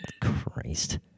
Christ